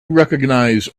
recognize